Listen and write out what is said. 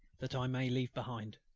that i may leave behind.